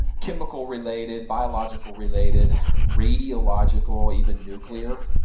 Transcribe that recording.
chemical-related, biological-related, radiological, even nuclear